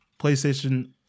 PlayStation